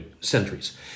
centuries